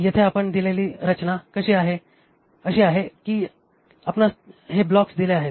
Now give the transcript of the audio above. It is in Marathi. येथे दिलेली रचना अशी आहे की आपणास हे ब्लॉक्स दिले आहेत